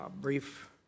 brief